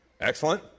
Excellent